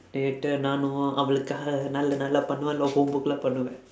later நானும் அவளுக்காக நல்ல நல்லா பண்ணுவேன்:naanum avalukkaaka nalla nallaa pannuveen homeworkla பண்ணுவேன்:pannuveen